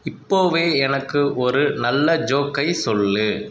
இப்போதே எனக்கு ஒரு நல்ல ஜோக்கை சொல்